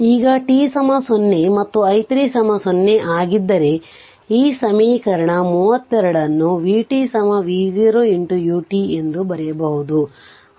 ಈಗ t 0 ಮತ್ತು i 3 0 ಆಗಿದ್ದರೆ ಈ ಸಮೀಕರಣ 32 ಅನ್ನು vt v0 u t ಎಂದು ಬರೆಯಬಹುದು